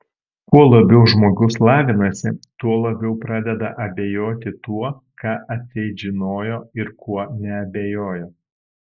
kuo labiau žmogus lavinasi tuo labiau pradeda abejoti tuo ką atseit žinojo ir kuo neabejojo